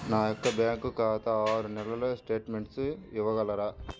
నా యొక్క బ్యాంకు ఖాతా ఆరు నెలల స్టేట్మెంట్ ఇవ్వగలరా?